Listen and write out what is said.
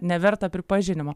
neverta pripažinimo